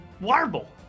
Warble